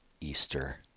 easter